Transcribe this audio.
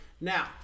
now